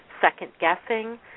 second-guessing